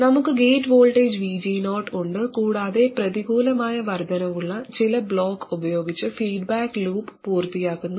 നമുക്ക് gate voltage VG0 ഉണ്ട് കൂടാതെ പ്രതികൂലമായ വർദ്ധനവുള്ള ചില ബ്ലോക്ക് ഉപയോഗിച്ച് ഫീഡ്ബാക്ക് ലൂപ്പ് പൂർത്തിയാക്കുന്നു